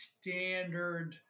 standard